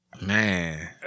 Man